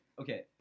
Okay